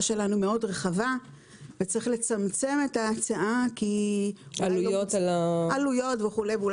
שלנו מאוד רחבה וצריך לצמצם את ההצעה בגלל עלויות ואולי